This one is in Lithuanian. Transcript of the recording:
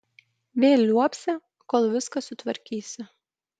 vėl liuobsi kol viską sutvarkysi